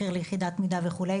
מחיר ליחידת מידה וכו',